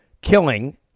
Killing